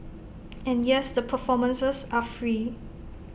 and yes the performances are free